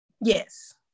Yes